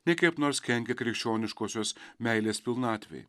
nei kaip nors kenkia krikščioniškosios meilės pilnatvei